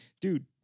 dude